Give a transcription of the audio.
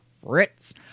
fritz